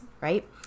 right